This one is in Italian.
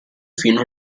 fino